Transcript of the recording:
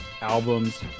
albums